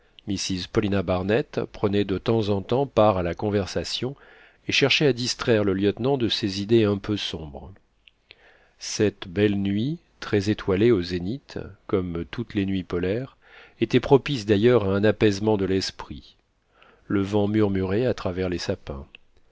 mrs paulina barnett prenait de temps en temps part à la conversation et cherchait à distraire le lieutenant de ses idées un peu sombres cette belle nuit très étoilée au zénith comme toutes les nuits polaires était propice d'ailleurs à un apaisement de l'esprit le vent murmurait à travers les sapins